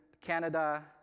Canada